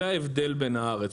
זה הבדל בין הארץ,